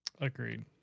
Agreed